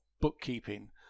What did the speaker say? bookkeeping